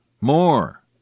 More